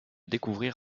découvrir